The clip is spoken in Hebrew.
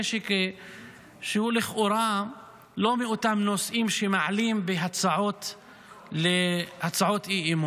שהוא לכאורה לא מאותם נושאים שמעלים בהצעות אי-אמון,